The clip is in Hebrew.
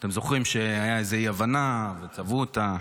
אתם זוכרים שהייתה איזו אי-הבנה וצבעו אותה.